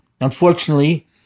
Unfortunately